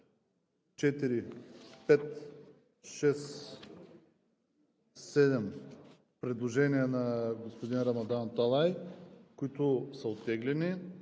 има седем предложения на господин Рамадан Аталай, които са оттеглени.